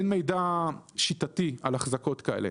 אין מידע שיטתי על החזקות כאלה.